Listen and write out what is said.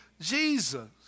Jesus